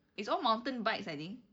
it's all mountain bikes I think